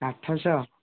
ଆଠଶହ